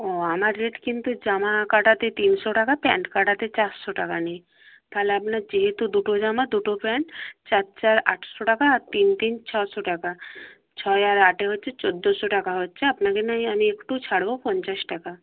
ও আমার রেট কিন্তু জামা কাটাতে তিনশো টাকা প্যান্ট কাটাতে চারশো টাকা নিই তাহলে আপনার যেহেতু দুটো জামা দুটো প্যান্ট চার চার আটশো টাকা আর তিন তিন ছশো টাকা ছয় আর আটে হচ্ছে চৌদ্দোশো টাকা হচ্ছে আপনাকে নয় আমি একটু ছাড়ব পঞ্চাশ টাকা